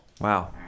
Wow